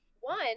One